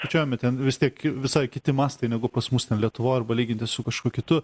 skaičiuojami ten vis tiek visai kiti mastai negu pas mus lietuvoj arba lyginti su kažkuo kitu